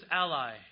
ally